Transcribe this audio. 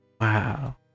wow